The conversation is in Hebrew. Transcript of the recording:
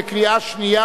החוק לקריאה שנייה,